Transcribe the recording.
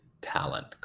talent